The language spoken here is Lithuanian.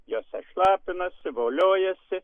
jose šlapinasi voliojasi